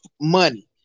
money